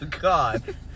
God